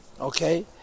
Okay